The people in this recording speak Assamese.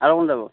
আৰু কোন যাব